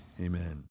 Amen